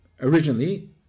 originally